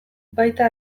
baita